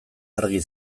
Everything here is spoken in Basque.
argi